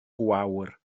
gwawr